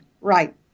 right